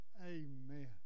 Amen